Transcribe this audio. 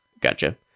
Gotcha